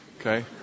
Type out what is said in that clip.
Okay